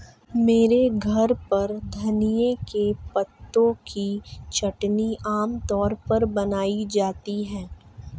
मेरे घर पर धनिए के पत्तों की चटनी आम तौर पर बनाई जाती है